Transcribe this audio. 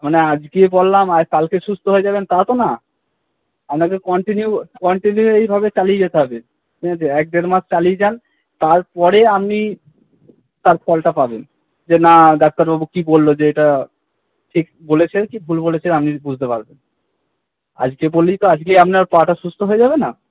মানে আজকে বললাম আর কালকে সুস্থ হয়ে যাবেন তা তো না আপনাকে কন্টিনিউ কন্টিনিউ এইভাবে চালিয়ে যেতে হবে ঠিক আছে এক দেড় মাস চালিয়ে যান তারপরে আমি তার ফলটা পাবেন যে না ডাক্তারবাবু কী বলল যে এটা ঠিক বলেছে কী ভুল বলেছে আপনি বুঝতে পারবেন আজকে বললেই তো আজকেই আপনার পাটা সুস্থ হয়ে যাবে না